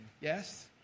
Yes